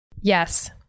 Yes